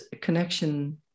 connection